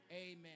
amen